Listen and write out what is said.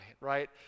right